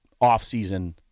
Off-season